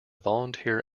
volunteer